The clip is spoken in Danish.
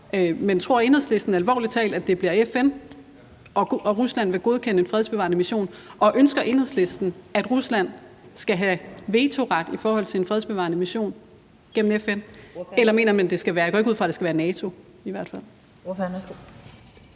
men tror Enhedslisten alvorlig talt, at det bliver FN, og at Rusland vil godkende en fredsbevarende mission? Og ønsker Enhedslisten, at Rusland skal have vetoret i forhold til en fredsbevarende mission gennem FN – jeg går i hvert fald ikke ud fra, at det skal være NATO? Kl.